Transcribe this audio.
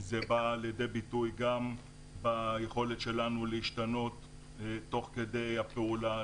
זה בא לידי ביטוי גם ביכולת שלנו להשתנות תוך כדי הפעולה,